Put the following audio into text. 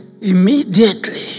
immediately